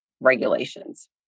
regulations